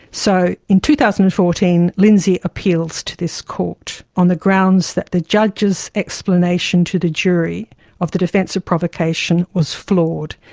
so in two thousand and fourteen lindsay appeals to this court on the grounds that the judge's explanation to the jury of the defence of provocation was flawed.